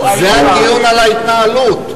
זה הדיון על ההתנהלות.